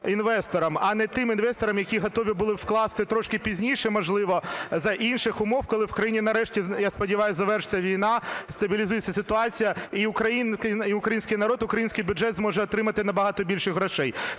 інвесторам, а не тим інвесторам, які готові були вкласти трошки пізніше, можливо, за інших умов, коли в країні нарешті, я сподіваюся, завершиться війна, стабілізуються ситуація, і український народ, український бюджет зможе отримати набагато більше грошей.